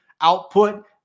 output